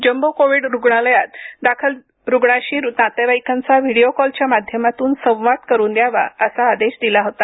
jumbo Covid रुग्णालयात दाखल रुग्णाशी नातेवाईकांचा व्हिडिओ कॉलच्या माध्यमातून संवाद करून द्यावा असा आदेश दिला होता